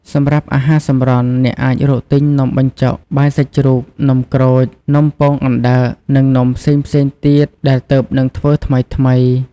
សម្រាប់អាហារសម្រន់ អ្នកអាចរកទិញនំបញ្ចុក បាយសាច់ជ្រូក នំក្រូច នំពងអណ្តើក និងនំផ្សេងៗទៀតដែលទើបនឹងធ្វើថ្មីៗ។